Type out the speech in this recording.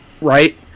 right